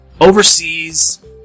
overseas